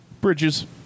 bridges